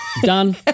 done